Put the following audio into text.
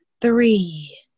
three